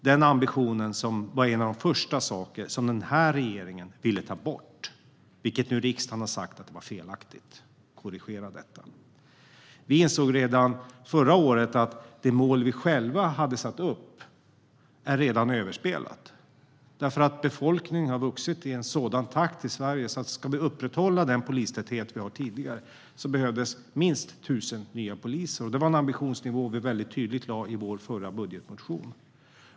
Denna ambition var något av det första som nuvarande regering ville ta bort, vilket riksdagen nu har sagt var felaktigt och ska korrigeras. Vi insåg redan förra året att det mål vi själva hade satt upp var överspelat. Eftersom Sveriges befolkning har vuxit så mycket behövs minst 1 000 nya poliser om vi ska upprätthålla tidigare polistäthet. Denna ambitionsnivå lade vi tydligt fram i vår förra budgetmotion.